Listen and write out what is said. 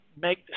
make